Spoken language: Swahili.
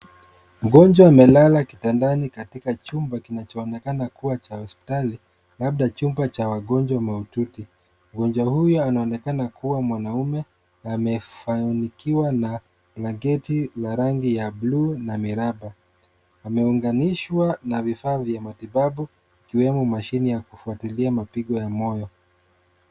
Mgonjwa amelala kitandani katika chumba kinachoonekana kuwa cha hospitali, labda chumba cha wagonjwa mahututi. Mgonjwa huyu anaonekana kuwa mwanaume amefunikiwa na blanketi la rangi ya blue na miraba . Ameunganishwa na vifaa vya matibabu ikiwemo mashine ya kufuatilia mapigo ya moyo.